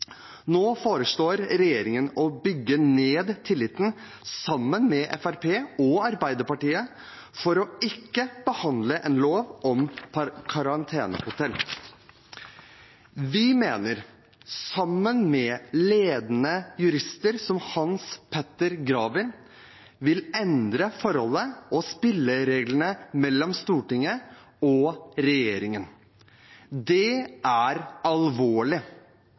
Nå foreslår regjeringen å bygge ned tilliten, sammen med Fremskrittspartiet og Arbeiderpartiet, for ikke å behandle en lov om karantenehotell. Vi mener, sammen med ledende jurister som Hans Petter Graver, at dette vil endre forholdet og spillereglene mellom Stortinget og regjeringen. Det er alvorlig,